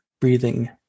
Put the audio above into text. breathing